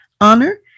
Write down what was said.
honor